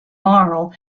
marl